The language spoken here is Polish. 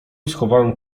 schowałem